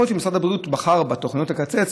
יכול להיות שמשרד הבריאות בחר בתוכניות לקיצוץ,